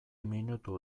minutu